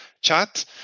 chat